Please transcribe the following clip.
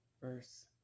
verse